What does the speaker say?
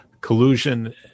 collusion